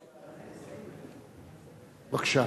בבקשה.